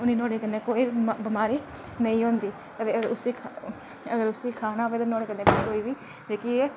उनेंगी नुआढ़े कन्नै कोई बिमारी नेईं होंदी ते उसी खाने अगर उसी खाना होऐ ते नुआढ़े कन्नैं कोई बी जेह्की ऐ